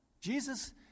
Jesus